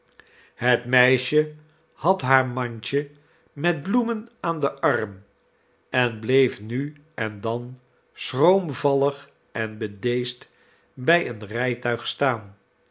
het meisje had haar mandje met bloemen aan den arm en bleef nu en dan schroomvallig en bedeesd bij een rijtuig staan